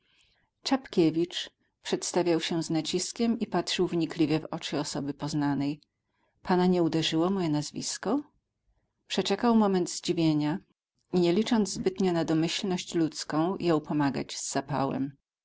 inteligencja czapkiewicz przedstawiał się z naciskiem i patrzył wnikliwie w oczy osoby poznanej pana nie uderzyło moje nazwisko przeczekał moment zdziwienia i nie licząc zbytnio na domyślność ludzką jął pomagać z zapałem